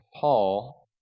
Paul